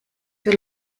für